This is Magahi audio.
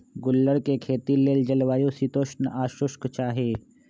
गुल्लर कें खेती लेल जलवायु शीतोष्ण आ शुष्क चाहि